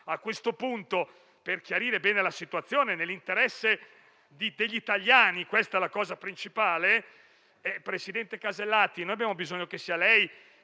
A questo punto, per chiarire bene la situazione nell'interesse degli italiani - questa è la cosa principale - abbiamo bisogno che sia lei,